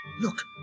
Look